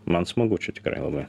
man smagu čia tikrai labai